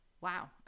wow